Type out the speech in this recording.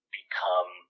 become